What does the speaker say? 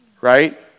Right